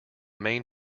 main